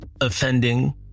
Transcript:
offending